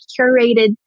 curated